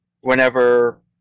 whenever